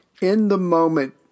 in-the-moment